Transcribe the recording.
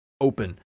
open